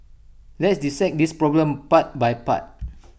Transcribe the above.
let's dissect this problem part by part